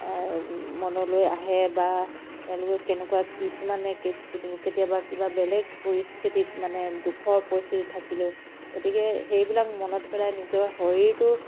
মনলৈ আহে বা তেওঁলোকে কেনেকুৱা কিছুমানে কেতিয়াবা কিবা বেলেগ পৰিস্থিতিত মানে দুখৰ পৰিস্থিতিত থাকিলেও গতিকে সেইবিলাক মনত পেলাই নিজৰ শৰীৰটো